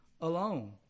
alone